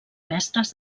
mestres